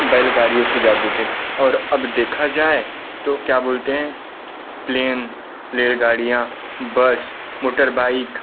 बैलगाड़ियों से जाते थे और अब देखा जाए तो क्या बोलते हैं प्लेन रेलगाड़ियाँ बस मोटरबाइक